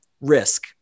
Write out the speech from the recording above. risk